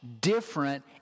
different